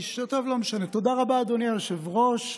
תודה רבה, אדוני היושב-ראש.